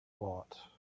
bought